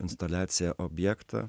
instaliaciją objektą